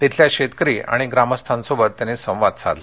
तिथल्या शेतकरी आणि ग्रामस्थांशीही त्यांनी संवाद साधला